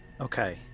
Okay